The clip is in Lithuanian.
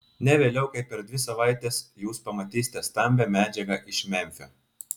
ne vėliau kaip per dvi savaites jūs pamatysite stambią medžiagą iš memfio